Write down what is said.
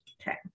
okay